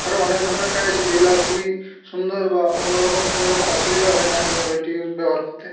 আরো অনেক ধরনের কাজ আছে যেগুলো খুবই সুন্দর বা অন্যরকম কোনোরকম অসুবিধা হয়না এই মোবাইলটি ব্যবহার করতে